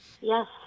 Yes